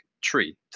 tree